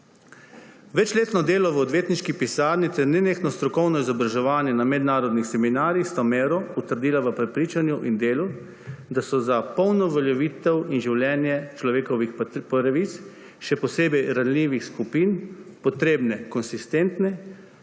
Večletno delo v odvetniški pisarni ter nenehno strokovno izobraževanje na mednarodnih seminarjih sta Meiro utrdila v prepričanju in delu, da so za polno uveljavitev in življenje človekovih pravic, še posebej ranljivih skupin, potrebne konsistentnost,